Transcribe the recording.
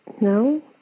No